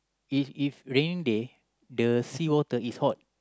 is if raining day the sea water is hot